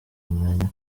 umwanya